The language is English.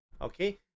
okay